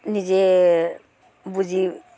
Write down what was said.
নিজে বুজি